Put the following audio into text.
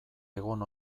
egon